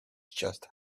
chest